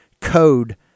code